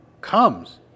comes